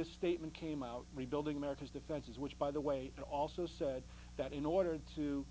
this statement came out rebuilding america's defenses which by the way they also said that in order to